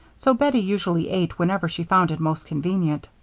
so bettie usually ate whenever she found it most convenient.